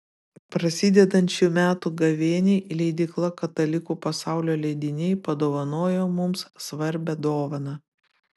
prasidedant šių metų gavėniai leidykla katalikų pasaulio leidiniai padovanojo mums svarbią dovaną